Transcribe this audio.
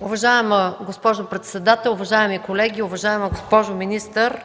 Уважаема госпожо председател, уважаеми колеги! Уважаема госпожо министър,